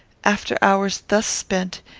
after hours thus spent,